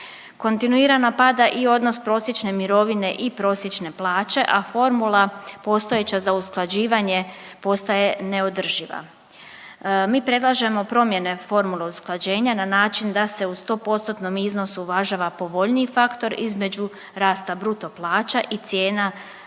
Kontinuirano pada i odnos prosječne mirovine i prosječne plaće, a formula postojeća za usklađivanje postaje neodrživa. Mi predlažemo promjene formule usklađenja na način da se u stopostotnom iznosu uvažava povoljniji faktor između rasta bruto plaća i cijena, i